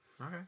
Okay